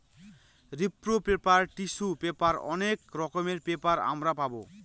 রিপ্র paper, tissue paper অনেক রকমের পেপার আমরা পাবো